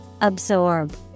Absorb